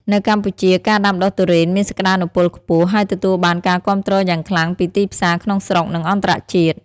នៅកម្ពុជា ការដាំដុះទុរេនមានសក្តានុពលខ្ពស់ ហើយទទួលបានការគាំទ្រយ៉ាងខ្លាំងពីទីផ្សារក្នុងស្រុក និងអន្តរជាតិ។